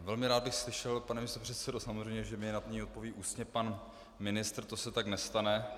Velmi rád bych slyšel, pane místopředsedo, samozřejmě, že mi na ni odpoví ústně pan ministr, to se tak nestane.